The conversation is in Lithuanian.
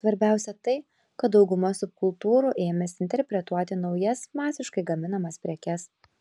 svarbiausia tai kad dauguma subkultūrų ėmėsi interpretuoti naujas masiškai gaminamas prekes